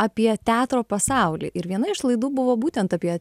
apie teatro pasaulį ir viena iš laidų buvo būtent apie